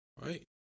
Right